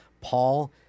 Paul